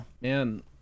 man